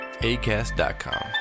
ACAST.com